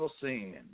sin